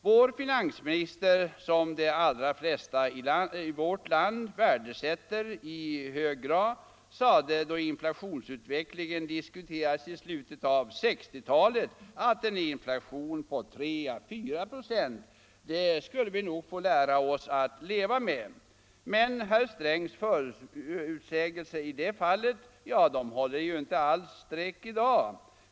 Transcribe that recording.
Vår finansminister, som de allra flesta i landet värdesätter i hög grad, sade då inflationsutvecklingen diskuterades i slutet av 1960-talet att en inflation på 3 å 4 96 skulle vi nog få lära oss att leva med. Men herr Strängs förutsägelser i det fallet håller inte alls i dag.